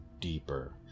deeper